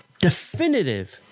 definitive